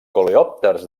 coleòpters